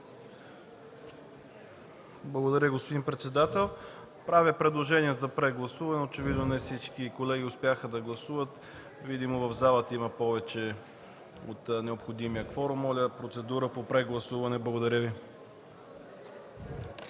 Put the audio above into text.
Благодаря, господин председател. Правя предложение за прегласуване. Очевидно не всички колеги успяха да гласуват. Видимо в залата има повече от необходимия кворум. Моля, процедура по прегласуване. Благодаря Ви.